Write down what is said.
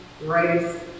race